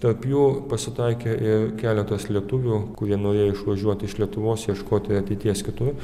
tarp jų pasitaikė ir keletas lietuvių kurie norėjo išvažiuoti iš lietuvos ieškoti ateities kitur